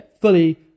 fully